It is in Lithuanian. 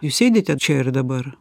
jūs sėdite čia ir dabar